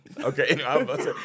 Okay